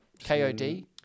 KOD